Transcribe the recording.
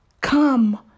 Come